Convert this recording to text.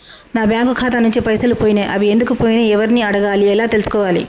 నా బ్యాంకు ఖాతా నుంచి పైసలు పోయినయ్ అవి ఎందుకు పోయినయ్ ఎవరిని అడగాలి ఎలా తెలుసుకోవాలి?